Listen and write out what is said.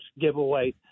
giveaway